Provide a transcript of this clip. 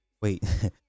wait